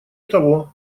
того